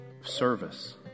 service